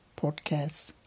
Podcasts